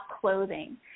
clothing